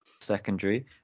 secondary